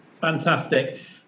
fantastic